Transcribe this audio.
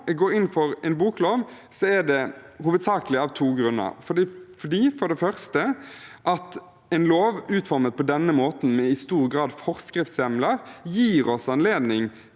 nå går inn for en boklov, er det hovedsakelig av to grunner: for det første fordi en lov utformet på denne måten, med i stor grad forskriftshjemler, gir oss anledning